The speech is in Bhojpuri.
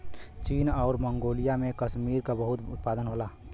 चीन आउर मन्गोलिया में कसमीरी क बहुत उत्पादन होला